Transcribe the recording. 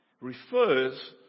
refers